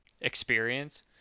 experience